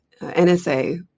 NSA